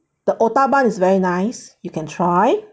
the otah bun is very nice you can try